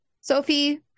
sophie